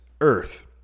earth